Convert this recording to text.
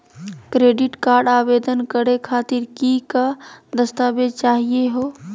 Credit card आवेदन करे खातीर कि क दस्तावेज चाहीयो हो?